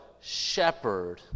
shepherd